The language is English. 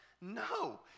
No